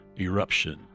eruption